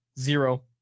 Zero